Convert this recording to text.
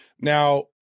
Now